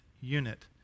unit